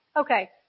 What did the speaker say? Okay